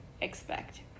expect